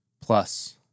plus